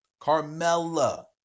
Carmella